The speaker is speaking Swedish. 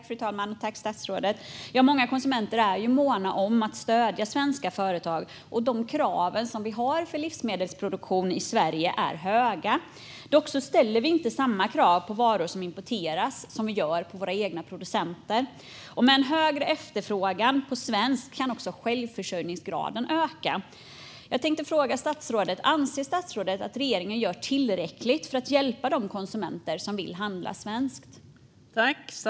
Fru talman! Många konsumenter är måna om att stödja svenska företag, och de krav vi har för livsmedelsproduktion i Sverige är höga. Dock ställer vi inte samma krav på varor som importeras som vi gör på våra egna producenter. Med en högre efterfrågan på svenskproducerat kan också självförsörjningsgraden öka. Anser statsrådet att regeringen gör tillräckligt för att hjälpa de konsumenter som vill handla svenskt?